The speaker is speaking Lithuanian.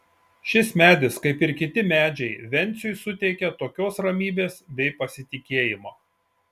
šis medis kaip ir kiti medžiai venciui suteikia tokios ramybės bei pasitikėjimo